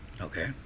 okay